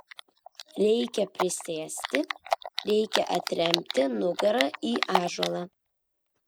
reikia prisėsti reikia atremti nugarą į ąžuolą